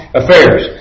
affairs